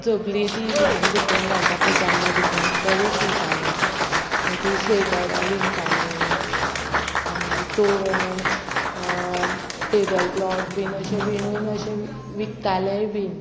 झबलीं ती ल्हान भुरग्यांक घालता पळय जाल्ल्या भुरग्यांक तेगूय शिवताले मागीर स्वेटरां विणताले मागीर तोरण टेबल क्लॉ बीन अशे विणून अशें विकताले बीन